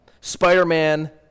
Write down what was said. Spider-Man